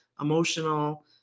emotional